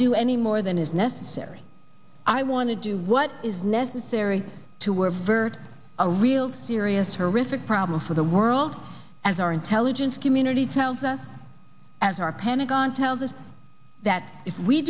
do any more than is necessary i want to do what is necessary to we're virt a real serious or respect problem for the world as our intelligence community tells us as our pentagon tells us that if we